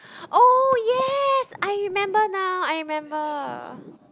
oh yes I remember now I remember